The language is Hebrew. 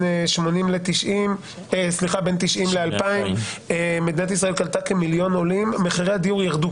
בין 1990-2000 מדינת ישראל קלטה כמיליון עולים ומחירי הדיור ירדו.